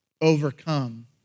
Overcome